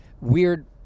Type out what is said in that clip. weird